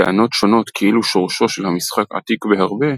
טענות שונות כאילו שורשו של המשחק עתיק בהרבה,